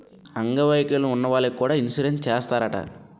అంగ వైకల్యం ఉన్న వాళ్లకి కూడా ఇన్సురెన్సు చేస్తారట